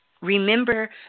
Remember